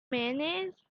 mayonnaise